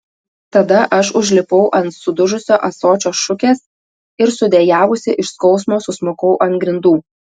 tada aš užsilipau ant sudužusio ąsočio šukės ir sudejavusi iš skausmo susmukau ant grindų